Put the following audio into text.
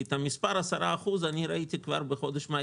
את המספר 10% ראיתי כבר בחודש מאי